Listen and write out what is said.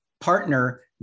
Partner